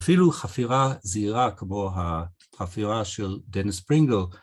אפילו חפירה זהירה כמו החפירה של דניס פרינגל.